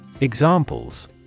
Examples